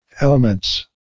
Elements